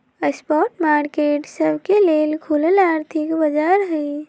spot market सबके लेल खुलल आर्थिक बाजार हइ